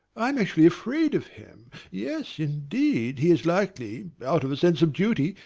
i am actually afraid of him. yes, indeed, he is likely, out of a sense of duty,